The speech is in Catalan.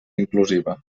inclusiva